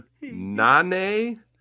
Nane